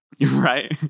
right